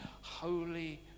Holy